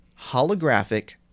holographic